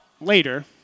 Later